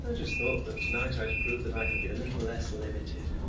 but just thought that tonight i'd prove that i could be a little less limited,